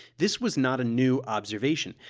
this was not a new observation,